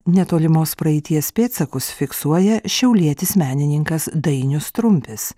netolimos praeities pėdsakus fiksuoja šiaulietis menininkas dainius trumpis